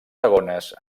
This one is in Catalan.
segones